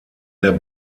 der